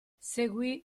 seguì